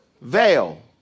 veil